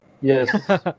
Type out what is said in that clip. Yes